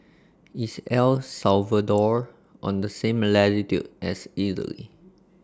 IS El Salvador on The same latitude as Italy